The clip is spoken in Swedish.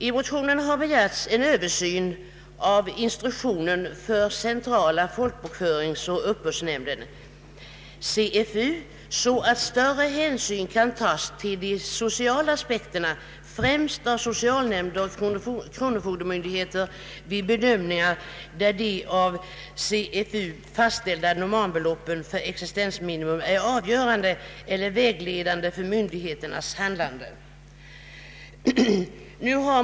I motionerna har begärts en översyn av instruktionen för centrala folkbokföringsoch uppbördsnämnden så att ett större hänsynstagande kan göras till de sociala aspekterna, främst vid socialnämndernas och kronofogdemyndigheternas bedömningar där de av CFU fastställda normalbeloppen för existensminimum är avgörande eller vägledande för myndigheternas handlande.